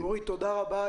תודה רבה.